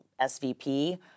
SVP